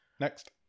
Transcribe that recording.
Next